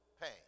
pain